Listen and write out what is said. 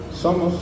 somos